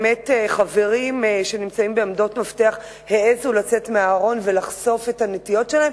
חברים שנמצאים בעמדות מפתח העזו לצאת מהארון ולחשוף את הנטיות שלהם,